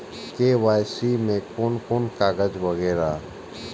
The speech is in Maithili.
के.वाई.सी में कोन कोन कागज वगैरा?